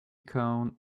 cone